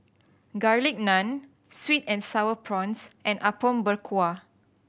Garlic Naan sweet and Sour Prawns and Apom Berkuah